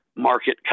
market